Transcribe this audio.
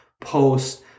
post